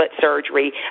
surgery